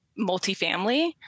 multifamily